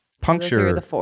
Puncture